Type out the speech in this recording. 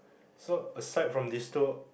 so aside from these two